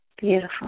Beautiful